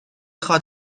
خواد